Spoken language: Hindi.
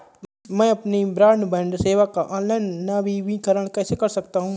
मैं अपनी ब्रॉडबैंड सेवा का ऑनलाइन नवीनीकरण कैसे कर सकता हूं?